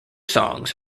songs